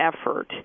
effort